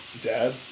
dad